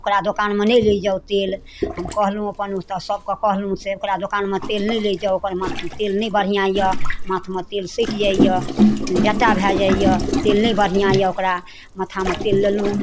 ओकरा दोकानमे नहि लै जाउ तेल हम कहलहुॅं अपन ओ तऽ सभके कहलहुॅं से ओकरा दोकान मे तेल नहि लै जाउ ओकरमे तेल नहि बढ़िआँ यऽ माथ मे तेल सटि जाइ यऽ जट्टा भऽ जाइ यऽ तेल नहि बढ़िआँ यऽ ओकरा माथा मे तेल लेलहुॅं